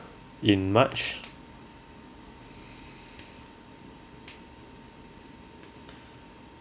in march